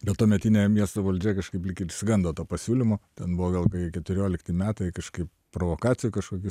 dėl tuometinio miesto valdžia kažkaip lyg ir išsigando to pasiūlymo ten buvo gal kokie keturiolikti metai kažkaip provokaciją kažkokia